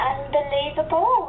Unbelievable